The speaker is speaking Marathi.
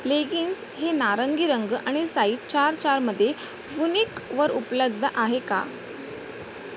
लेगिन्स हे नारंगी रंग आणि साईज चार चारमध्ये फुनिकवर उपलब्ध आहे का